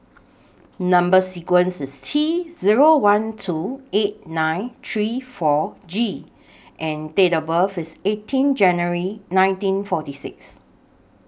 Number sequence IS T Zero one two eight nine three four G and Date of birth IS eighteen January nineteen forty six